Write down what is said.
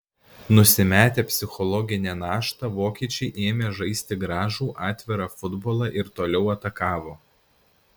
nusimetę psichologinę naštą vokiečiai ėmė žaisti gražų atvirą futbolą ir toliau atakavo